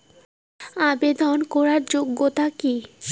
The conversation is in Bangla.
আবেদন করার যোগ্যতা কি?